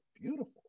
beautiful